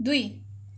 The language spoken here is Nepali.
दुई